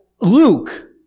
Luke